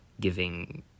giving